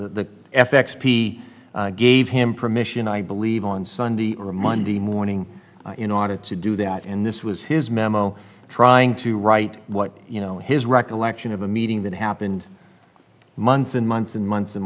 p gave him permission i believe on sunday or monday morning in order to do that and this was his memo trying to write what you know his recollection of a meeting that happened months and months and months and